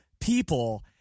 people